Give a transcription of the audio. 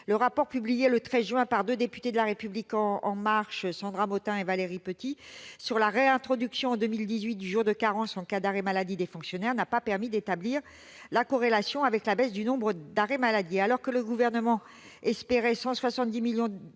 Le rapport publié le 13 juin dernier par deux députées du groupe La République En Marche, Cendra Motin et Valérie Petit, sur la réintroduction en 2018 du jour de carence en cas d'arrêt maladie des fonctionnaires n'a pas permis d'établir de corrélation avec la baisse du nombre d'arrêts maladie.